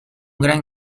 gran